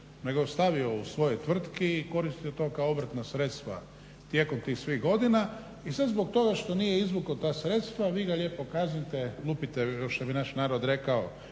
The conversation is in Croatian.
nego ostavio u svojoj tvrtki i koristio to kao obrtna sredstva tijekom tih svih godina i sad zbog toga što nije izvukao ta sredstva vi ga lijepo kaznite, lupite što bi naš narod rekao